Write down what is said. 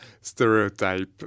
stereotype